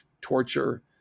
torture